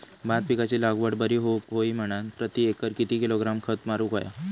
भात पिकाची लागवड बरी होऊक होई म्हणान प्रति एकर किती किलोग्रॅम खत मारुक होया?